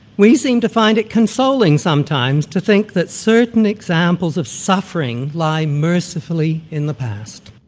we seem to find it consoling sometimes to think that certain examples of suffering lie mercifully in the past.